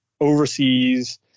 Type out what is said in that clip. overseas